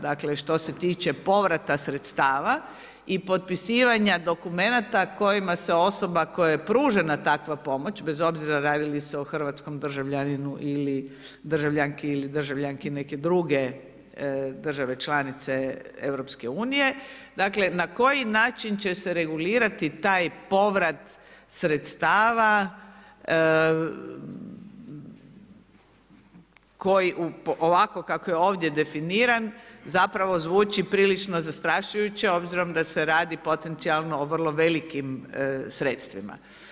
Dakle što se tiče povrata sredstava i potpisivanja dokumenata kojima se osoba kojoj je pružena takva pomoć, bez obzira radi li se o hrvatskom državljaninu ili državljanki ili državljanki neke druge države članice EU, dakle na koji način će se regulirati taj povrat sredstava koji ovako kako je ovdje definiran zapravo zvuči prilično zastrašujuće obzirom da se radi potencijalno o vrlo velikim sredstvima.